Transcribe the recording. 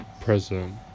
president